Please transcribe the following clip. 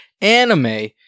anime